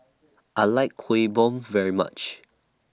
I like Kueh Bom very much